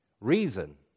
Reason